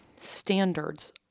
standards